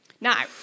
Now